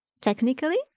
technically